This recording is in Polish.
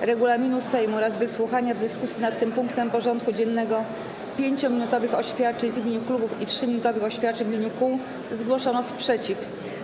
regulaminu Sejmu oraz wysłuchania w dyskusji nad tym punktem porządku dziennego 5-minutowych oświadczeń w imieniu klubów i 3-minutowych oświadczeń w imieniu kół zgłoszono sprzeciw.